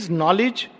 knowledge